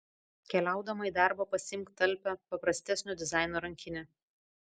keliaudama į darbą pasiimk talpią paprastesnio dizaino rankinę